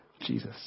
Jesus